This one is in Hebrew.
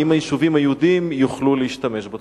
האם היישובים היהודיים יוכלו להשתמש בו?